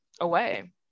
away